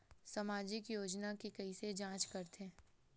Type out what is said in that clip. सामाजिक योजना के कइसे जांच करथे?